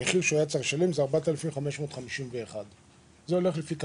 המחיר שהיה צריך לשלם הוא 4,551. מדובר בתחשיב